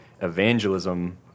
evangelism